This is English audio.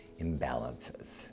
imbalances